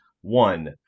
one